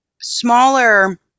smaller